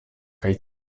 kaj